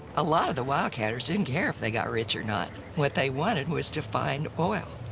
a lot of the wildcatters didn't care if they got rich or not. what they wanted was to find oil.